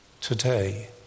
today